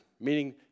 meaning